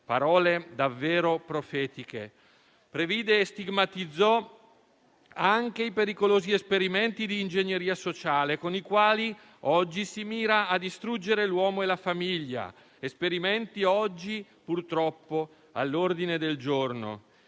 Parole davvero profetiche. Previde e stigmatizzò anche i pericolosi esperimenti di ingegneria sociale con i quali oggi si mira a distruggere l'uomo e la famiglia, esperimenti oggi purtroppo all'ordine del giorno.